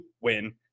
win